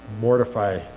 mortify